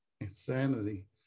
insanity